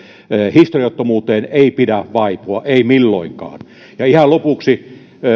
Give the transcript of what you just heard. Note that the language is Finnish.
historiattomuuteen ei pidä vaipua ei milloinkaan ja ihan lopuksi